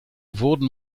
wurden